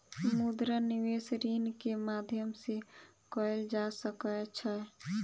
मुद्रा निवेश ऋण के माध्यम से कएल जा सकै छै